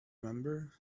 member